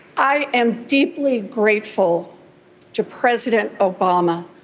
i am deeply grateful to president obama,